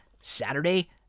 Saturday